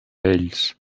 ells